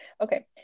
Okay